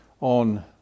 on